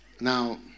Now